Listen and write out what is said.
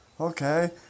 okay